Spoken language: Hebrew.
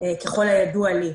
ככל הידוע לי.